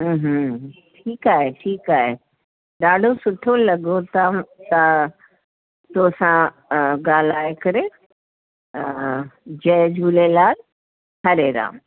ठीकु आहे ठीकु आहे ॾाढो सुठो लॻो त त तो सां ॻाल्हाए करे त जय झूलेलाल हरे राम